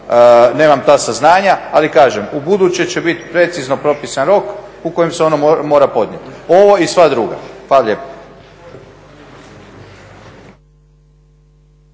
nemam ta saznanja. Ali kažem, ubuduće će biti precizno propisan rok u kojem se ono mora podnijeti, ovo i sva druga. Hvala lijepa.